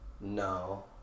No